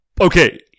Okay